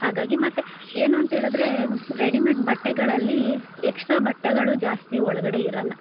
ಹಾಗಾಗಿ ಮತ್ತು ಏನು ಅಂತ ಹೇಳಿದ್ರೇ ರೆಡಿಮೇಡ್ ಬಟ್ಟೆಗಳಲ್ಲಿ ಎಕ್ಸ್ಟ್ರಾ ಬಟ್ಟೆಗಳು ಜಾಸ್ತಿ ಒಳಗಡೆ ಇರೋಲ್ಲ